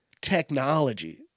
technology